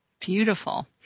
Beautiful